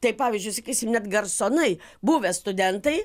tai pavyzdžiui sakysim net garsonai buvę studentai